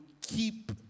keep